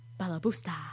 Balabusta